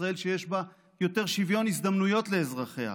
ישראל שיש בה יותר שוויון הזדמנויות לאזרחיה,